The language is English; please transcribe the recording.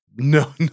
No